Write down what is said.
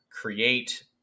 create